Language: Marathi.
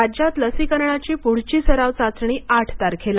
राज्यात लसीकरणाची पुढची सराव चाचणी आठ तारखेला